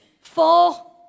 four